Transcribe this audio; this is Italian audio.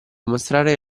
mostrare